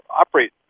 operate